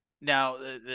Now